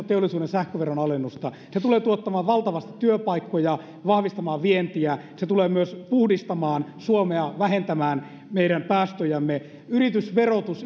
teollisuuden sähköveron alennusta se tulee tuottamaan valtavasti työpaikkoja ja vahvistamaan vientiä se tulee myös puhdistamaan suomea vähentämään meidän päästöjämme yritysverotus